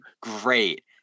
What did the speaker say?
great